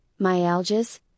myalgias